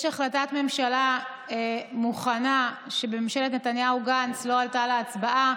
יש החלטת ממשלה מוכנה שממשלת נתניהו-גנץ לא העלתה להצבעה,